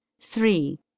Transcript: three